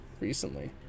recently